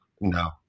no